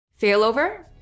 failover